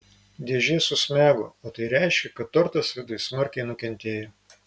dėžė susmego o tai reiškė kad tortas viduj smarkiai nukentėjo